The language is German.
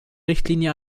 richtlinie